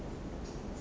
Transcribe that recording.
ya